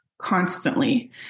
constantly